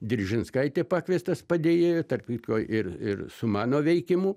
diržinskaitę pakviestas padėjėju tarp kitko ir ir su mano veikimu